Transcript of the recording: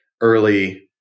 early